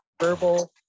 verbal